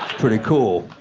pretty cool.